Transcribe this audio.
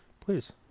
please